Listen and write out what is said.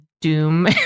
doom